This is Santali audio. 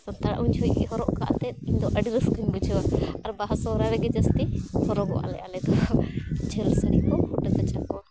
ᱥᱟᱱᱛᱟᱲ ᱩᱱ ᱡᱚᱡᱷᱚᱱ ᱜᱮ ᱦᱚᱨᱚᱜ ᱠᱟᱛᱮᱫ ᱤᱧᱫᱚ ᱟᱹᱰᱤ ᱨᱟᱹᱥᱠᱟᱹᱧ ᱵᱩᱡᱷᱟᱹᱣᱟ ᱟᱨ ᱵᱟᱦᱟ ᱥᱚᱦᱨᱟᱭ ᱨᱮᱜᱮ ᱡᱟᱹᱥᱛᱤ ᱦᱚᱨᱚᱜᱚᱜ ᱟᱞᱮ ᱟᱞᱮᱫᱚ ᱡᱷᱟᱹᱞ ᱥᱟᱹᱲᱤ ᱠᱚ ᱯᱷᱩᱴᱟᱹ ᱠᱟᱪᱟ ᱠᱚ